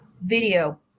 video